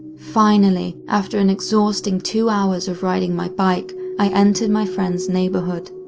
finally after an exhausting two hours of riding my bike i entered my friend's neighborhood.